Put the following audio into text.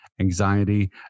anxiety